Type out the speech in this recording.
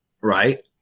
right